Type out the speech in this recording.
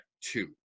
two